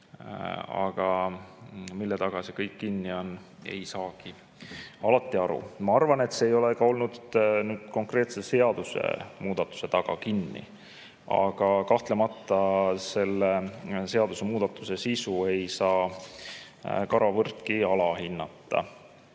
Aga mille taga see kõik kinni on, ei saagi alati aru. Ma arvan, et see ei ole olnud nüüd konkreetse seadusmuudatuse taga kinni. Aga kahtlemata selle seadusmuudatuse sisu ei saa karvavõrdki alahinnata,